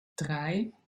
drei